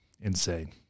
insane